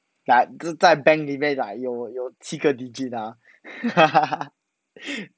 like 就是在 bank 里面 like 有有七个 digit lah